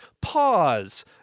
pause